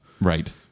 Right